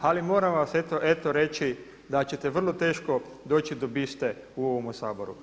Ali moram vam eto reći da ćete vrlo teško doći do biste u ovome Saboru.